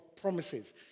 promises